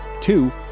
Two